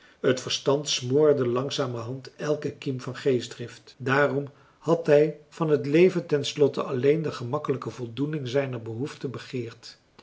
het verstand smoorde langzamerhand elke kiem van geestdrift daarom had hij van het leven ten slotte alleen de gemakkelijke voldoening zijner behoeften begeerd